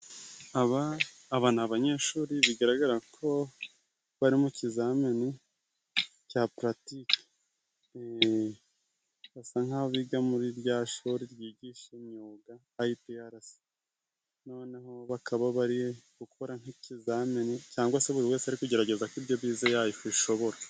Aba ni abanyeshuri bigaragara ko bari mu kizamini cya puratike. Basa nk'aho biga muri rya shuri ryigisha imyuga IPRC, noneho bakaba bari gukora nk'ikizamini cyangwa se buri wese ari kugerageza ko ibyo bize yabishobora.